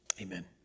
Amen